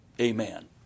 amen